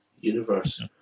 Universe